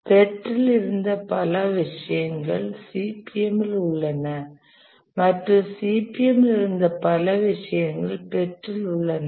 PERT இல் இருந்த பல விஷயங்கள் CPM இல் உள்ளன மற்றும் CPM இல் இருந்த பல விஷயங்கள் PERT இல் உள்ளன